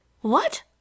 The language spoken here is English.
What